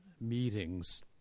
meetings